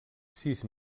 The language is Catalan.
sis